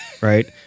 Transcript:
right